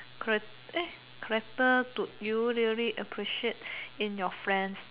chara~ eh character do you really appreciate in your friends